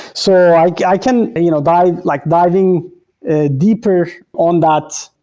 so, i yeah can you know dive, like diving ah deeper on that,